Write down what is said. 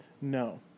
No